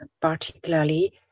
particularly